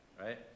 Right